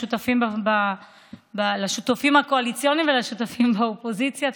לשותפים הקואליציוניים ולשותפים באופוזיציה.